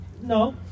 No